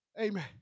Amen